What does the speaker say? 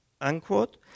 unquote